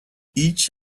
each